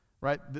Right